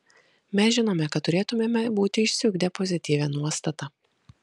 mes žinome kad turėtumėme būti išsiugdę pozityvią nuostatą